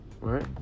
Right